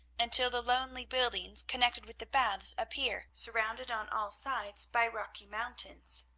until the lonely buildings connected with the baths appear, surrounded on all sides by rocky mountains.